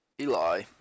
eli